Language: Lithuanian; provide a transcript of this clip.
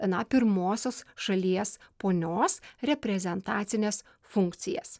na pirmosios šalies ponios reprezentacines funkcijas